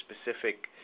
specific